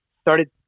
started